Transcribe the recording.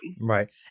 Right